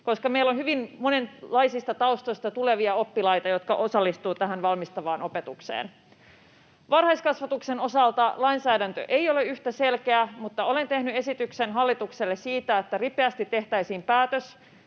koska meillä on hyvin monenlaisista taustoista tulevia oppilaita, jotka osallistuvat tähän valmistavaan opetukseen. Varhaiskasvatuksen osalta lainsäädäntö ei ole yhtä selkeä, mutta olen tehnyt esityksen hallitukselle siitä, että ripeästi tehtäisiin päätös